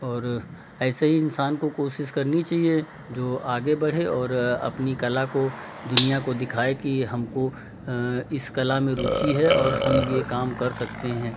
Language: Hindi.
और ऐसे ही इंसान को कोशिश करनी चाहिए जो आगे बढ़े और अपनी कला को दुनियाँ को दिखाए कि हमको इस कला में रुचि है और हम ये काम कर सकते हैं